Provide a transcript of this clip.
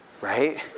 right